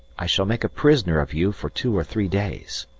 i shall make a prisoner of you for two or three days.